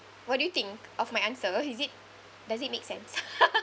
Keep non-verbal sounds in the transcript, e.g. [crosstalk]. what do you think of my answer is it does it make sense [laughs]